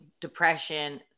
depression